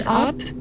art